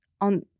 on